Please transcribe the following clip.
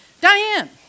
Diane